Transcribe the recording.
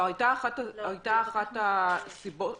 אחת הסיבות